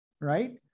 Right